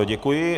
Děkuji.